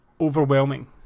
overwhelming